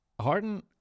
Harden